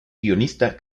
guionista